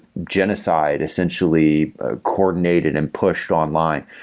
genocide essentially ah coordinated and pushed online.